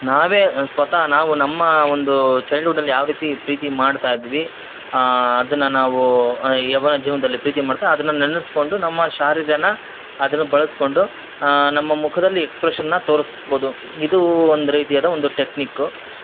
ನಾವೇ ಸ್ವತಃ ನಾವು ನಮ್ಮ ಒಂದು ಚೈಲ್ಡ್ಹುಡ್ಡಲ್ಲಿ ಯಾವ ರೀತಿ ಪ್ರೀತಿ ಮಾಡ್ತಾ ಇದ್ವಿ ಅದನ್ನ ನಾವು ಯೌವನ ಜೀವನದಲ್ಲಿ ಪ್ರೀತಿ ಮಾಡ್ತಾ ಅದನ್ನ ನೆನ್ಸ್ಕೊಂಡು ನಮ್ಮ ಶಾರೀರವನ್ನ ಅದನ್ನ ಬಳಸ್ಕೊಂಡು ನಮ್ಮ ಮುಖದಲ್ಲಿ ಎಕ್ಸ್ಪ್ರೆಷನ್ನ ತೋರಸ್ಬೋದು ಇದೂ ಒಂದು ರೀತಿಯಾದ ಒಂದು ಟೆಕ್ನಿಕ್ಕು